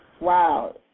wow